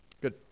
Good